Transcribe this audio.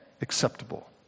acceptable